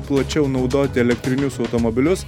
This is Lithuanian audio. plačiau naudoti elektrinius automobilius